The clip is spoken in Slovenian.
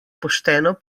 pošteno